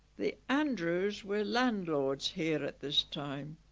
the andrews were landlords here at this time